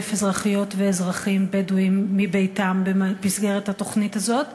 אזרחיות ואזרחים בדואים מביתם במסגרת התוכנית הזאת?